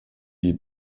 die